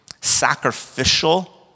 sacrificial